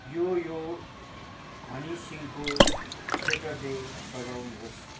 यो यो हनी सिंहको सेटर्डे बजाउनुहोस्